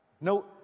No